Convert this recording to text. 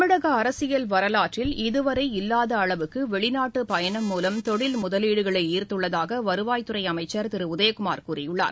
தமிழக அரசியல் வரலாற்றில் இதுவரை இல்லாத அளவுக்கு வெளிநாட்டு பயணம் மூலம் தொழில் முதலீடுகளை ஈர்த்துள்ளதாக வருவாய்த்துறை அமைச்சர் திரு உதயகுமார் கூறியுள்ளார்